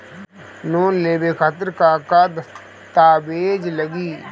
Loan लेवे खातिर का का दस्तावेज लागी?